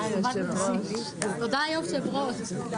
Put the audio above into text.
הישיבה ננעלה בשעה